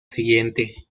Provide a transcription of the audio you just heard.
siguiente